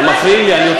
אנחנו חברה שוויונית.